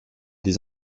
les